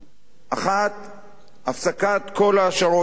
1. הפסקת כל העשרות האורניום,